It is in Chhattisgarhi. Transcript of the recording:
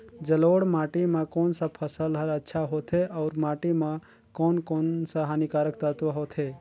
जलोढ़ माटी मां कोन सा फसल ह अच्छा होथे अउर माटी म कोन कोन स हानिकारक तत्व होथे?